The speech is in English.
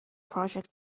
project